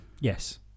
Yes